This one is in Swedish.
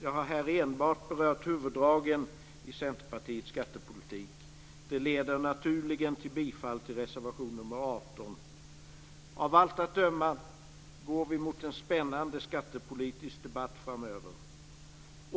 Jag har här enbart berört huvuddragen i Centerpartiets skattepolitik. Det leder naturligen till ett yrkande om bifall till reservation 18. Av allt att döma går vi mot en spännande skattepolitisk debatt framöver.